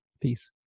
Peace